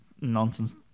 nonsense